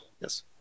Yes